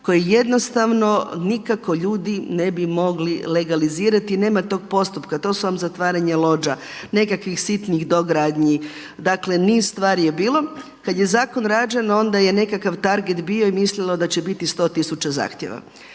koje jednostavno nikako ljudi ne bi mogli legalizirati i nema tog postupka, to su vam zatvaranje lođa, nekakvih sitnih dogradnji, dakle niz stvari je bilo. Kad je zakon rađen onda je nekakav targit bio i mislilo se da će biti 100 tisuća zahtjeva.